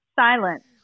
silent